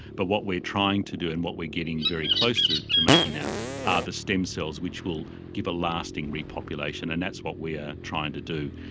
but what we're trying to do and what we are getting very close to to making now are the stem cells which will give a lasting repopulation, and that's what we are trying to do.